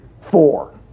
four